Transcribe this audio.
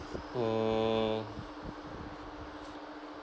hmm